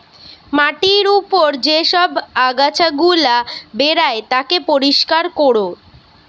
মাটির উপর যে সব আগাছা গুলা বেরায় তাকে পরিষ্কার কোরে